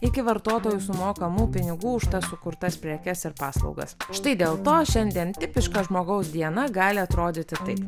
iki vartotojų sumokamų pinigų už tą sukurtas prekes ir paslaugas štai dėl to šiandien tipiška žmogaus diena gali atrodyti taip